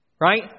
Right